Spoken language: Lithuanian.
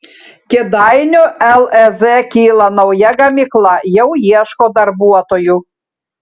kėdainių lez kyla nauja gamykla jau ieško darbuotojų